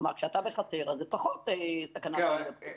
כלומר, כשאתה בחצר אז זה פחות סכנה להידבק.